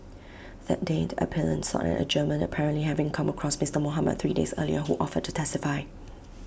that day the appellant sought an adjournment apparently having come across Mister Mohamed three days earlier who offered to testify